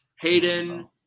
Hayden